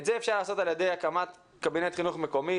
את זה אפשר לעשות על ידי הקמת קבינט חינוך מקומי,